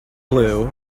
blue